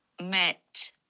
met